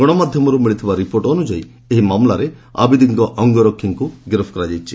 ଗଣମାଧ୍ୟମରୁ ମିଳିଥିବା ରିପୋର୍ଟ ଅନୁଯାୟୀ ଏହି ମାମଲାରେ ଆବିଦିଙ୍କର ଅଙ୍ଗରକ୍ଷୀଙ୍କୁ ଗିରଫ୍ କରାଯାଇଛି